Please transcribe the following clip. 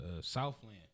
Southland